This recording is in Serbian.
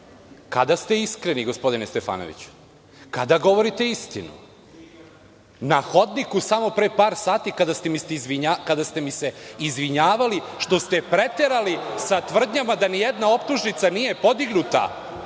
Kada ste iskreni, gospodine Stefanoviću? Kada govorite istinu? Na hodniku, pre samo par sati kada ste mi se izvinjavali što ste preterali sa tvrdnjama da ni jedna optužnica nije podignuta,